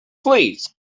fleas